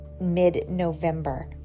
mid-November